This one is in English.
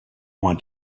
want